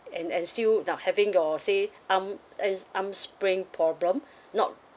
and and still now having your say arm arm arm string problem not